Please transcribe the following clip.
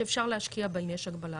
שאפשר להשקיע בה אם יש הגבלה.